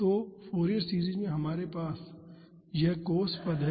तो Fourier series में हमारे पास यह cos पद हैं